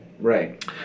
right